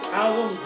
album